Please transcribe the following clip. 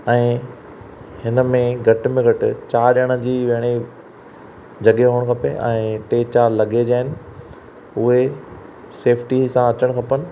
ऐं हिन में घटि मे घटि चारि ॼणनि जी विहण जी जॻह हुअण खपे ऐं टे चारि लगेज आहिनि उहे सेफ्टीअ सां अचण खपेनि